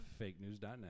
fakenews.net